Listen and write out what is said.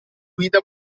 guida